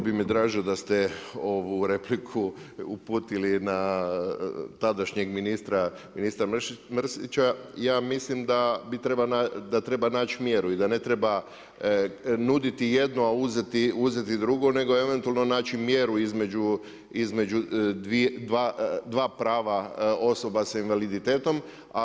Bilo bi mi draže da ste ovu repliku uputili na tadašnjeg ministra Mrsića, ja mislim da treba naći mjeru i da ne treba nuditi jedno a uzeti drugo nego eventualno naći mjeru između dva prava osoba s invaliditetom.